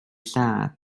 lladd